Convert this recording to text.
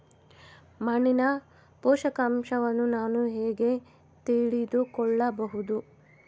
ಮಣ್ಣಿನ ಪೋಷಕಾಂಶವನ್ನು ನಾನು ಹೇಗೆ ತಿಳಿದುಕೊಳ್ಳಬಹುದು?